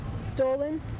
Stolen